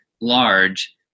large